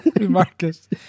Marcus